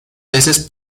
veces